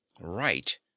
right